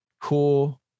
cool